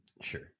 sure